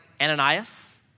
Ananias